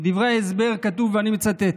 בדברי ההסבר כתוב, ואני מצטט,